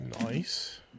Nice